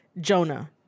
Jonah